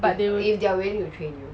but they will